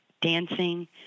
Dancing